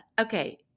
Okay